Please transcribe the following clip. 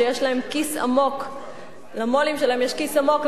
שיש למו"לים שלהם כיס עמוק,